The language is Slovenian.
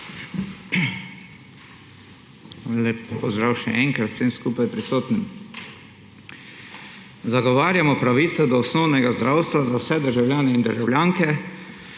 Lep pozdrav še enkrat vsem prisotnim! Zagovarjamo pravico do osnovnega zdravstva za vse državljanke in državljane,